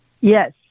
yes